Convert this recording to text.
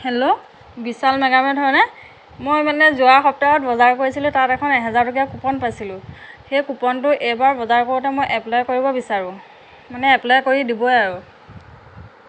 hello Vishal mega mart হয়নে মই মানে যোৱা সপ্তাহত বজাৰ কৰিছিলোঁ তাত এখন এহেজাৰ টকীয়া কুপন পাইছিলোঁ সেই কুপনটো এইবাৰ বজাৰ কৰোঁতে মই এপ্লাই কৰিব বিচাৰোঁ মানে এপ্লাই কৰি দিবই আৰু